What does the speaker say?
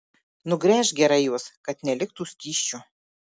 nugręžk gerai juos kad neliktų skysčio